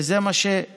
וזה מה שביצענו.